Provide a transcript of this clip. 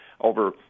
over